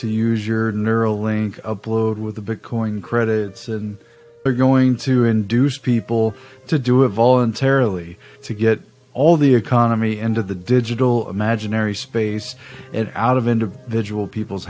to use your knurling blowed with a big corn credits and we're going to induce people to do it voluntarily to get all the economy end of the digital imaginary space it out of individual people's